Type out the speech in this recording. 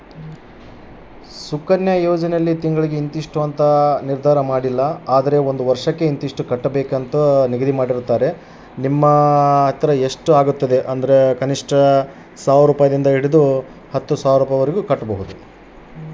Sir Sukanya ಯೋಜನೆಯಲ್ಲಿ ತಿಂಗಳಿಗೆ ಎಷ್ಟು ಹಣವನ್ನು ಹಾಕಬಹುದು?